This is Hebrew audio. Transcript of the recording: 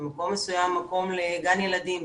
במקום מסוים מקום לגן ילדים,